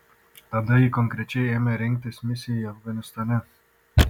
tada ji konkrečiai ėmė rengtis misijai afganistane